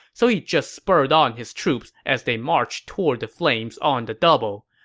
so he just spurred on his troops as they marched toward the flames on the double.